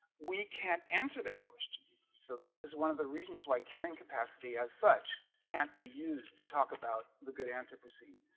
we can't answer that question so this is one of the reasons why carrying capacity as such can't be used to talk about the good anthropy